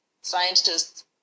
scientists